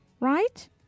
Right